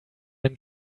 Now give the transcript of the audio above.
than